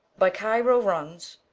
by cairo runs